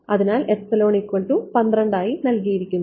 അതിനാൽ ആയി നൽകിയിരിക്കുന്നു